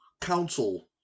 council